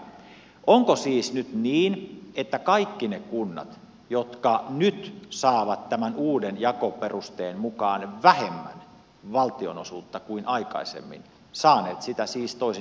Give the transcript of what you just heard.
toisinpäin onko siis nyt niin että kaikki ne kunnat jotka nyt saavat tämän uuden jakoperusteen mukaan vähemmän valtionosuutta kuin aikaisemmin ovat saaneet sitä siis toisin sanoen liikaa